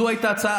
זו הייתה ההצעה.